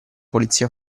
polizia